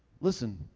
Listen